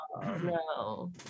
No